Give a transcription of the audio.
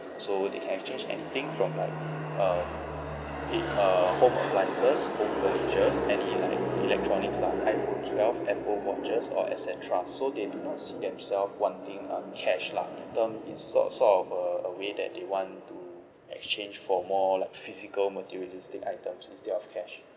so they can exchange anything from like um a uh home appliances home furnitures any like electronics lah iphone twelve apple watches or et cetera so they do not see themself wanting um cash lah in term in sort sort of a a way that they want to exchange for more like physical materialistic items instead of cash